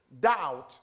doubt